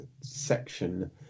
section